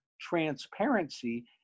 transparency